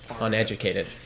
uneducated